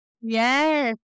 Yes